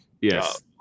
yes